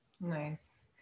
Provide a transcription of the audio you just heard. Nice